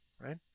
right